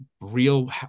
real